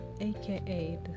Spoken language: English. aka